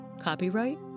Copyright